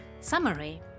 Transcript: Summary